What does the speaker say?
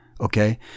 okay